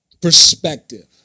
perspective